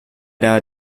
der